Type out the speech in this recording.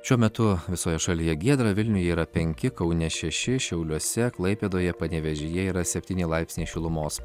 šiuo metu visoje šalyje giedra vilniuje yra penki kaune šeši šiauliuose klaipėdoje panevėžyje yra septyni laipsniai šilumos